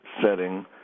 setting